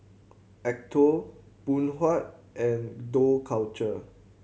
Acuto Phoon Huat and Dough Culture